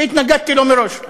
שהתנגדתי לו מראש,